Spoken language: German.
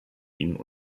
ihnen